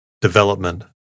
Development